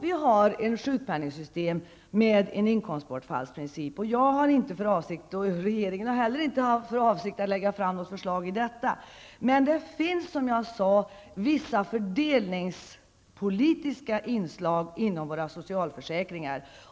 Vi har ett sjukpenningssystem med en inkomstbortfallsprincip, och jag har inte för avsikt, och regeringen har heller inte haft för avsikt, att lägga fram något förslag om ändring i detta. Men det finns, som jag tidigare sade, vissa fördelningspolitiska inslag i våra socialförsäkringar.